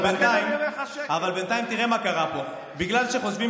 אבל בינתיים תראה מה קרה פה: בגלל שחושבים